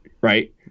right